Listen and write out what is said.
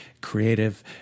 creative